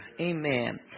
amen